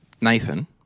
Nathan